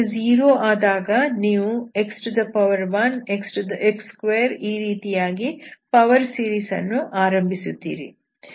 n0 ಆದಾಗ ನೀವು x1 x2 ಈ ರೀತಿಯಾಗಿ ಪವರ್ ಸೀರೀಸ್ ಅನ್ನು ಆರಂಭಿಸುತ್ತೀರಿ